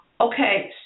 Okay